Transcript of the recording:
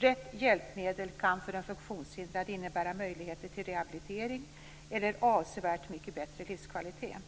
Rätt hjälpmedel kan för en funktionshindrad innebära möjligheter till rehabilitering eller avsevärt mycket bättre livskvalitet.